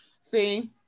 See